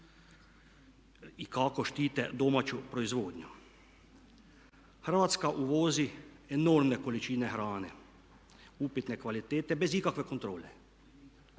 i kako štite domaću proizvodnju. Hrvatska uvozi enormne količine hrane upitne kvalitete bez ikakve kontrole.